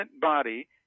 body